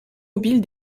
mobiles